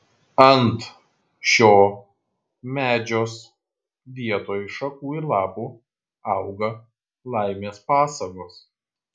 ant šio medžios vietoj šakų ir lapų auga laimės pasagos